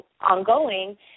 ongoing